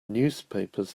newspapers